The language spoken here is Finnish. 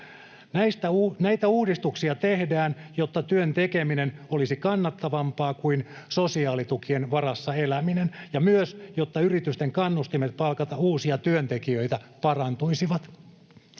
Näitä uudistuksia tehdään, jotta työn tekeminen olisi kannattavampaa kuin sosiaalitukien varassa eläminen ja myös jotta yritysten kannustimet palkata uusia työntekijöitä parantuisivat.